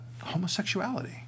homosexuality